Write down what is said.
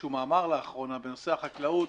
איזשהו מאמר לאחרונה בנושא החקלאות,